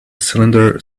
cylinder